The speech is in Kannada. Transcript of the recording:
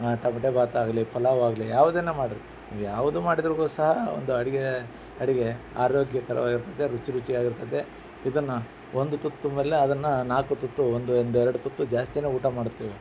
ಟಮೆಟೊ ಭಾತ್ ಆಗಲಿ ಪಲಾವಾಗಲಿ ಯಾವುದನ್ನೇ ಮಾಡಿರಿ ನೀವು ಯಾವುದು ಮಾಡಿದ್ರೂ ಸಹ ಒಂದು ಅಡುಗೆ ಅಡುಗೆ ಆರೋಗ್ಯಕರವಾಗಿರತೈತೆ ರುಚಿರುಚಿಯಾಗಿರತೈತೆ ಇದನ್ನು ಒಂದು ತುತ್ತು ಅದನ್ನು ನಾಲ್ಕು ತುತ್ತು ಒಂದು ಒಂದೆರಡು ತುತ್ತು ಜಾಸ್ತಿಯೇ ಊಟ ಮಾಡ್ತೀವಿ